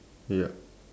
ya